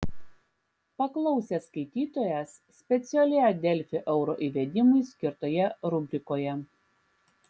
paklausė skaitytojas specialioje delfi euro įvedimui skirtoje rubrikoje